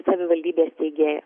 savivaldybė steigėja